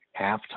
halftime